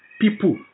people